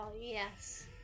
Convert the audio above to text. yes